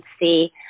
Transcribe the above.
see